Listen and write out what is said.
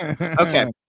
Okay